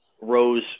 rose